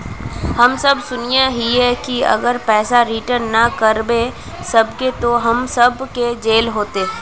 हम सब सुनैय हिये की अगर पैसा रिटर्न ना करे सकबे तो हम सब के जेल होते?